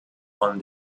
von